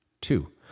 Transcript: two